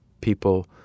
people